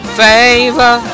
favor